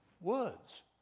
Words